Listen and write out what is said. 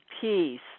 peace